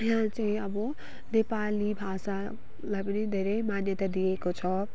यहाँ चाहिँ अब नेपाली भाषालाई पनि धेरै मान्यता दिएको छ